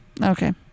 Okay